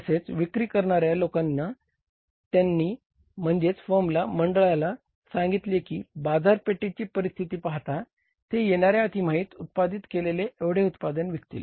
तसेच विक्री करणाऱ्या लोकांनी त्यांना म्हणजेच फर्मला मंडळाला सांगितील की बाजारपेठेची परिस्थिती पाहता ते येणाऱ्या तिमाहीत उत्पादित केलेले एवढे उत्पादन विकतील